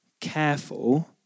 careful